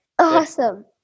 Awesome